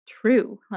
true